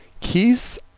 Keys